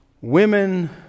women